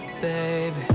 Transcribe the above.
baby